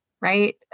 right